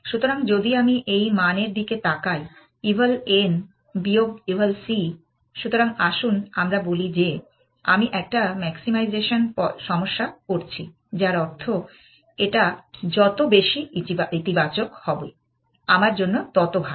সুতরাং যদি আমি এই মান এর দিকে তাকাই এভ্যাল n বিয়োগ এভ্যাল c সুতরাং আসুন আমরা বলি যে আমি একটা ম্যাক্সিমাইজেশন সমস্যা করছি যার অর্থ এটা যত বেশি ইতিবাচক হবে আমার জন্য তত ভাল